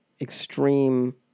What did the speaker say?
extreme